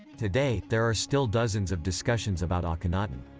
today, there are still dozens of discussions about akhenaten.